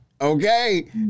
Okay